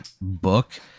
book